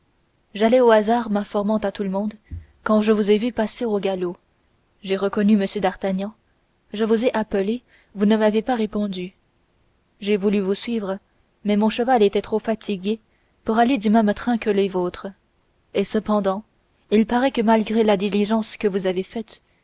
j'allais au hasard m'informant à tout le monde quand je vous ai vus passer au galop j'ai reconnu m d'artagnan je vous ai appelés vous ne m'avez pas répondu j'ai voulu vous suivre mais mon cheval était trop fatigué pour aller du même train que les vôtres et cependant il paraît que malgré la diligence que vous avez faite